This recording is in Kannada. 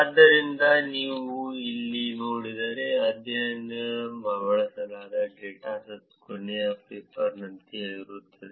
ಆದ್ದರಿಂದ ಇಲ್ಲಿ ನೀವು ನೋಡಿದರೆ ಅಧ್ಯಯನದಲ್ಲಿ ಬಳಸಲಾದ ಡೇಟಾಸೆಟ್ ಕೊನೆಯ ಪೇಪರ್ನಂತೆಯೇ ಇರುತ್ತದೆ